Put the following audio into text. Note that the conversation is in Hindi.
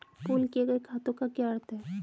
पूल किए गए खातों का क्या अर्थ है?